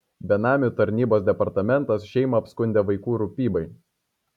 benamių tarnybos departamentas šeimą apskundė vaikų rūpybai